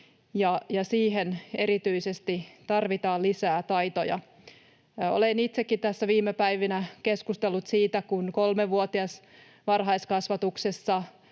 ja erityisesti siihen tarvitaan lisää taitoja. Olen itsekin tässä viime päivinä keskustellut siitä, kun kolmevuotias varhaiskasvatuksessa